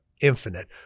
infinite